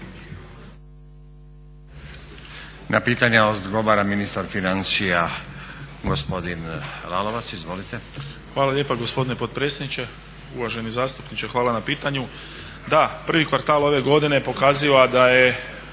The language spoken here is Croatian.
Na pitanja odgovara ministar financija gospodin Lalovac. Izvolite. **Lalovac, Boris (SDP)** Hvala lijepo gospodine potpredsjedniče. Uvaženi zastupniče hvala na pitanju. Da, prvi kvartal ove godine pokaziva da